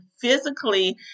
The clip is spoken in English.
physically